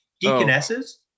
Deaconesses